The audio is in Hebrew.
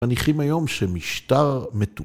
מניחים היום שמשטר מתוק...